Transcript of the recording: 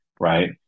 right